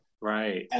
right